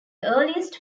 earliest